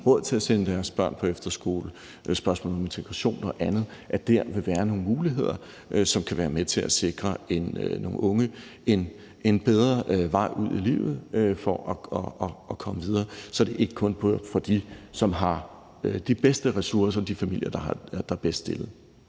råd til at sende deres børn på efterskoler – det er et spørgsmål om integration og andet – vil være nogle muligheder for at få en bedre vej ud i livet, så de kan komme videre, og så det ikke kun er for dem, som har flest ressourcer, og de familier, der er bedst stillet.